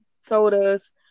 sodas